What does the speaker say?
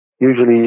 usually